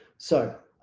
so